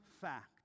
fact